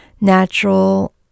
Natural